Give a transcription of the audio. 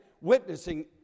witnessing